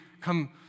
come